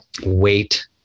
wait